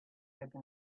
open